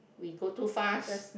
we go too fast